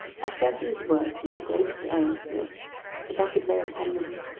i said these words with the greatest earnestness that i could lay upon them,